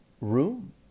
room